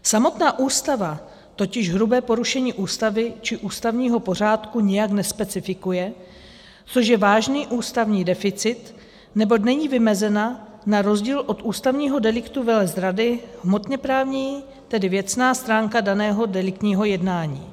Samotná Ústava totiž hrubé porušení Ústavy či ústavního pořádku nijak nespecifikuje, což je vážný ústavní deficit, neboť není vymezena na rozdíl od ústavního deliktu velezrady hmotněprávní, tedy věcná stránka daného deliktního jednání.